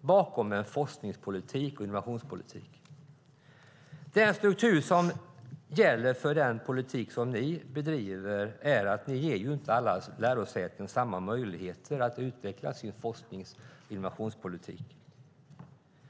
bakom en forsknings och innovationspolitik. Den struktur som gäller för den politik som ni bedriver ger inte alla lärosäten samma möjligheter att utveckla sin forsknings och innovationspolitik.